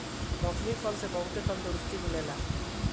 मौसमी फल से बहुते तंदुरुस्ती मिलेला